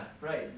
right